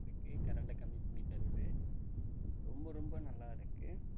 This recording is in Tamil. இருக்கு கரண்டை கம்மி தருது ரொம்ப ரொம்ப நல்லாயிருக்கு